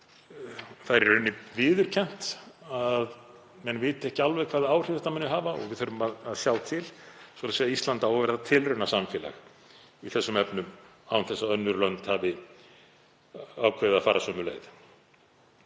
sem í raun er viðurkennt að menn viti ekki alveg hvaða áhrif þetta muni hafa og við þurfum að sjá til. Ísland á að verða tilraunasamfélag í þessum efnum án þess að önnur lönd hafi ákveðið að fara sömu leið.